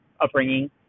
upbringing